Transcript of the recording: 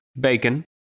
bacon